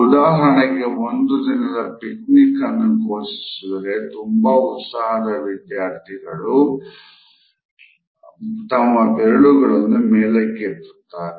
ಉದಾಹರಣೆಗೆ ಒಂದು ದಿನದ ಪಿಕ್ನಿಕ್ ಅನ್ನು ಘೋಷಿಸಿದರೆ ತುಂಬಾ ಉತ್ಸಾಹದ ವಿದ್ಯಾರ್ಥಿಗಳು ತಮ್ಮ ಬೆರಳುಗಳನ್ನು ಮೇಲಕ್ಕೆ ಎತ್ತುತ್ತಾರೆ